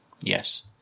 Yes